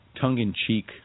tongue-in-cheek